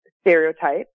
stereotype